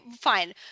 fine